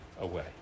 away